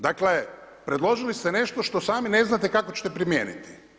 Dakle predložili ste nešto što sami ne znate kako ćete primijeniti.